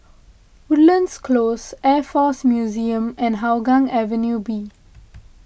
Woodlands Close Air force Museum and Hougang Avenue B